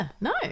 No